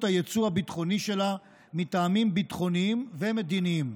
היצוא הביטחוני שלה מטעמים ביטחוניים ומדיניים.